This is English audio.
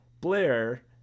Blair